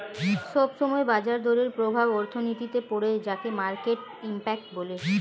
সব সময় বাজার দরের প্রভাব অর্থনীতিতে পড়ে যাকে মার্কেট ইমপ্যাক্ট বলে